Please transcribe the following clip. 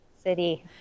City